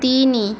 ତିନି